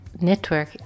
Network